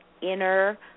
inner